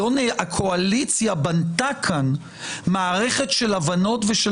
הקואליציה בנתה כאן מערכת של הבנות ושל